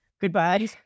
Goodbye